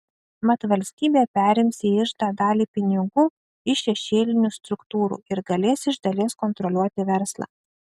mat valstybė perims į iždą dalį pinigų iš šešėlinių struktūrų ir galės iš dalies kontroliuoti verslą